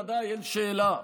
יהודים, בוודאי, אין שאלה.